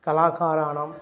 कलाकाराणां